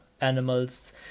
animals